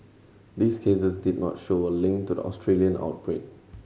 these cases did not show a link to the Australian outbreak